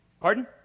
Pardon